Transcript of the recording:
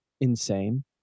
insane